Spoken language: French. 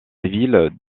ville